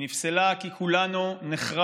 היא נפסלה כי כולנו נחרדנו